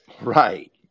Right